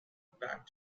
back